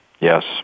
Yes